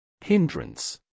hindrance